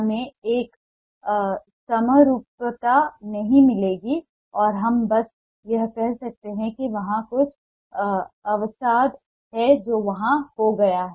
हमें एक समरूपता नहीं मिलेगी और हम बस यह कह सकते हैं कि वहाँ कुछ अवसाद है जो वहाँ हो गया है